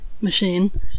machine